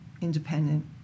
independent